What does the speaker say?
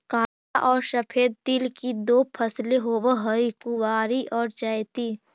काला और सफेद तिल की दो फसलें होवअ हई कुवारी और चैती